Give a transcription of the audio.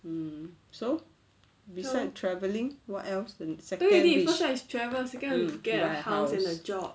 mm so besides travelling what else second [one] is get a house